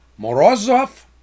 Morozov